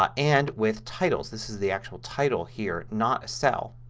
um and with titles. this is the actual title here not a cell.